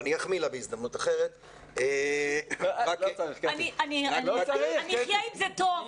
אחמיא לה בהזדמנות אחרת --- אני אחיה עם זה טוב.